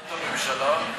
בממשלה,